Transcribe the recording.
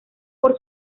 por